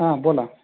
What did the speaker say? हां बोला